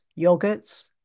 yogurts